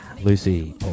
Lucy